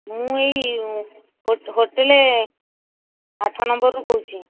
ମୁଁ ଏଇ ହୋଟେଲ୍ ଆଠ ନମ୍ବରରୁ କହୁଛି